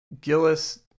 Gillis